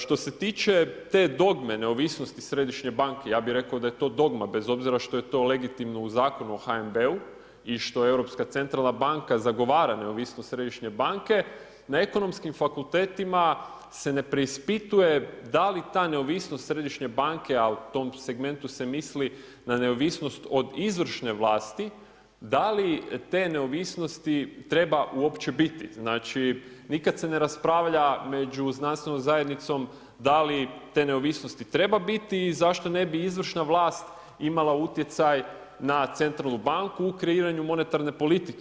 Što se tiče te dogme neovisnosti središnje banke, ja bih rekao da je to dogma, bez obzira što je to legitimno u Zakonu o HNB-u i što Europska centralna banka zagovara neovisnost središnje banke, na Ekonomskim fakultetima se ne preispituje da li ta neovisnost središnje banke, a u tom segmentu se misli na neovisnost od izvršne vlasti, da li te neovisnosti treba uopće biti, znači nikad se ne raspravlja među znanstvenom zajednicom da li te neovisnosti treba biti i zašto ne bi izvršna vlast imala utjecaj na centralnu banku u kreiranju monetarne politike.